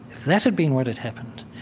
that had been what had happened,